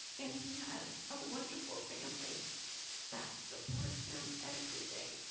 an he has a wonderful family that supports him everyday.